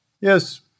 Yes